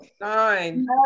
nine